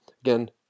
again